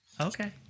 Okay